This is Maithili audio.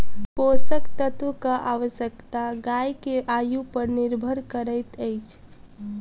पोषक तत्वक आवश्यकता गाय के आयु पर निर्भर करैत अछि